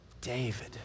David